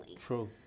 True